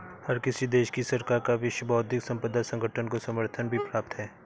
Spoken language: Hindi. हर किसी देश की सरकार का विश्व बौद्धिक संपदा संगठन को समर्थन भी प्राप्त है